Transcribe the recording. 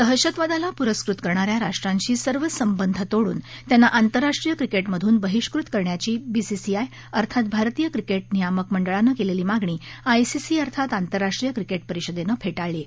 दहशतवादाला प्रस्कृत करणाऱ्या राष्ट्रांशी सर्व संबंध तोडून त्यांना आंतरराष्ट्रीय क्रिकेट मधून बहिष्कृत करण्याची बी सी आय अर्थात भारतीय क्रिकेट नियामक मंडळानं केलेली मागणी आय सी सी अर्थात आंतरराष्ट्रीय क्रिकेट परिषदेनं फेटाळली आहे